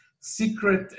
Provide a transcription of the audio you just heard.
secret